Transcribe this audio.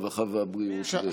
הרווחה והבריאות,